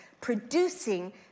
producing